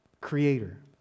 creator